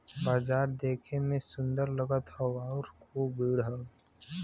बाजार देखे में सुंदर लगत हौ आउर खूब भीड़ हौ